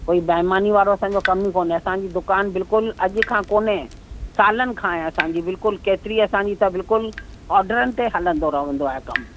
कोई बेईमानी वारो असांजो कमु कोन्हे असांजी दुकान बिल्कुलु अॼ खां कोन्हे सालनि खां आहे असांजी बिल्कुलु केतिरी असांजी बिल्कुलु ऑडरनि ते हलंदो रहंदो आहे कमु